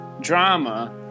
drama